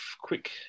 quick